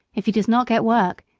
if he does not get work,